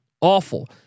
Awful